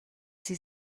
sie